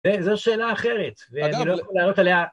זו שאלה אחרת, ואני לא יכול לענות עליה.